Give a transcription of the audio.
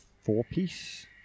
four-piece